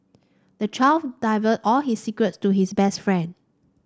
the child divulged all his secrets to his best friend